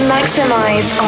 Maximize